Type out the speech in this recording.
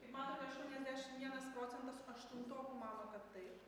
kaip matot aštuoniasdešim vienas procentas aštuntokų mano kad taip